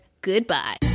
Goodbye